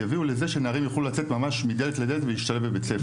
יביאו לזה שנערים יוכלו לצאת ממש מדלת לדלת ולהשתלב בבית ספר.